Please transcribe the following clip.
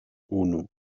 unu